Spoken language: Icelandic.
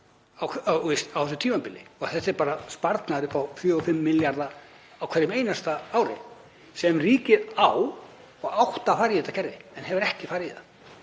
á þessu tímabili. Þetta er bara sparnaður upp á 4–5 milljarða á hverju einasta ári sem ríkið á og áttu að fara í þetta kerfi en hafa ekki farið í það.